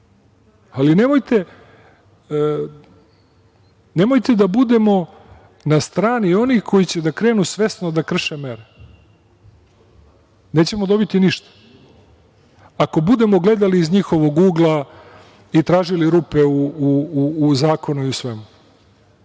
efikasniji. Nemojte da budemo na strani onih koji će da krenu svesno da krše vreme. Nećemo dobiti ništa ako budemo gledali iz njihovog ugla i tražili rupe u zakonu i u svemu.